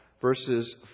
verses